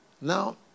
Now